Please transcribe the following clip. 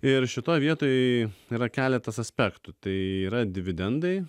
ir šitoj vietoj yra keletas aspektų tai yra dividendai